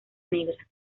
negra